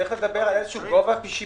צריך לדבר על גובה ושיפוי.